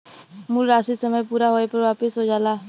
मूल राशी समय पूरा होये पर वापिस हो जाला